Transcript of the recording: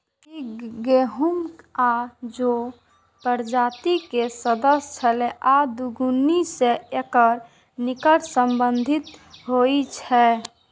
ई गहूम आ जौ प्रजाति के सदस्य छियै आ दुनू सं एकर निकट संबंध होइ छै